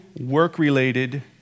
work-related